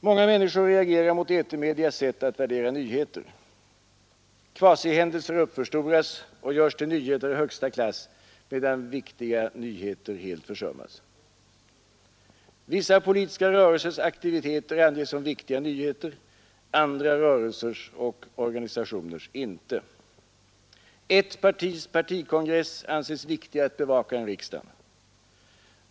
Många människor reagerar mot etermedias sätt att värdera nyheter. Kvasihändelser uppförstoras och görs till nyheter av högsta klass medan viktiga händelser helt försummas. Vissa politiska rörelsers aktiviteter anses som viktiga nyheter, andra rörelsers och organisationers inte. Ett partis partikongress anses viktigare att bevaka än riksdagen.